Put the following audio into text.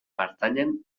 pertanyen